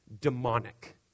demonic